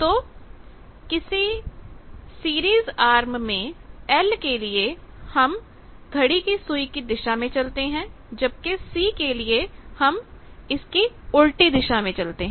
तो किसी series arm में L के लिए हम घड़ी की सुई की दिशा में चलते हैं जब कि C के लिए हम घड़ी की सुई की उल्टी दिशा में चलते हैं